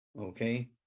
Okay